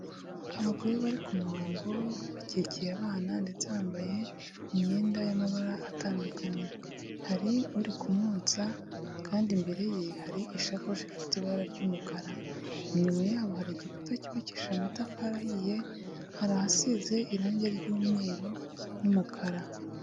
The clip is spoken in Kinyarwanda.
Abagore bari ku murongo bakikiye abana ndetse bambaye imyenda y'amabara atandukanye, hari uri kumwonsa kandi imbere ye hari ishakoshi ifite ibara ry'umukara, inyuma yabo hari igikuta cyubakishije amatafari ahiye, hari ahasize irangi ry'umweru n'umukara.